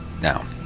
now